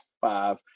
five